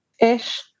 Ish